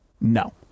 no